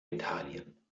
italien